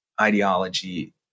ideology